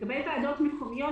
לגבי ועדות מקומיות,